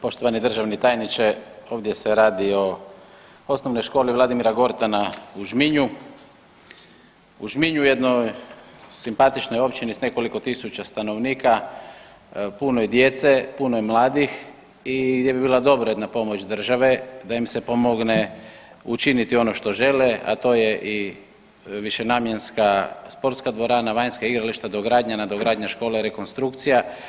Poštovani državni tajniče ovdje se radi o Osnovnoj školi Vladimira Gortana u Žminju, u Žminju jednoj simpatičnoj općini s nekoliko tisuća stanovnika, punoj djece, punoj mladih i gdje bi bila dobra jedna pomoć države da im se pomogne učiniti ono što žele, a to je i višenamjenska sportska dvorana, vanjska igrališta, dogradnja, nadogradnja škole, rekonstrukcija.